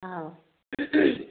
ꯑꯥꯎ